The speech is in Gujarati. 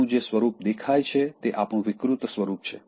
આપણું જે સ્વરૂપ દેખાય છે તે આપણું વિકૃત સ્વરૂપ છે